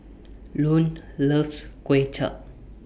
Lone loves Kuay Chap